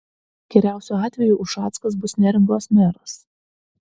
geriausiu atveju ušackas bus neringos meras